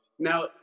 Now